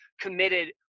committed